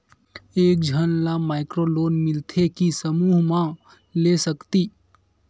एक झन ला माइक्रो लोन मिलथे कि समूह मा ले सकती?